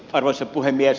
arvoisa puhemies